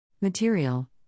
Material